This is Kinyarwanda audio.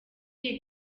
iyi